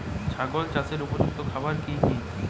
ছাগল চাষের উপযুক্ত খাবার কি কি?